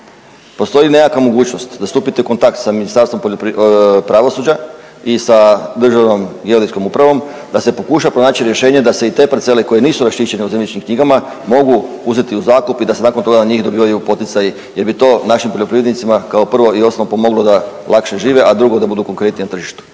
Postoji nekakva mogućnost da stupite u kontakt sa Ministarstvom pravosuđa i sa Državnom geodetskom upravom da se pokuša pronaći rješenje da se i te parcele koje nisu raščišćene u Zemljišnim knjigama mogu uzeti u zakup i da se nakon toga na njih dobivaju poticaji jer bi to našim poljoprivrednicima kao prvo i osnovno pomoglo da lakše žive, a drugo da budu konkurentniji na tržištu.